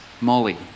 Molly